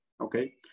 okay